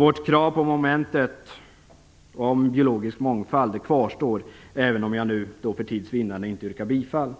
Vårt krav under momentet om biologisk mångfald kvarstår, även om jag nu för tids vinnande inte yrkar bifall till